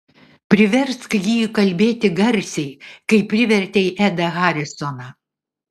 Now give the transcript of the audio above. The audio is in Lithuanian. priversk jį kalbėti garsiai kaip privertei edą harisoną